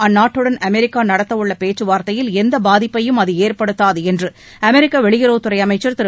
அந்நாட்டுடன் அமெரிக்கா நடத்தவுள்ள பேச்சுவார்த்தையில் எந்த பாதிப்பைும் அது ஏற்படுத்தாது என்று அமெரிக்க வெளியுறவுத்துறை அமைச்சர் திரு